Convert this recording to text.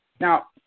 Now